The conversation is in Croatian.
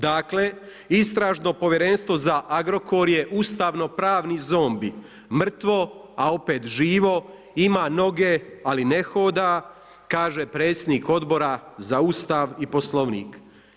Dakle, Istražno povjerenstvo za Agrokor je Ustavno pravni zombi, mrtvo, a opet živo, ima noge, ali ne hoda, kaže predsjednik Odbora za Ustav i Poslovnik.